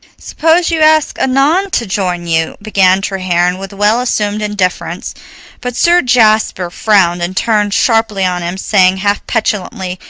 suppose you ask annon to join you began treherne with well-assumed indifference but sir jasper frowned and turned sharply on him, saying, half-petulantly,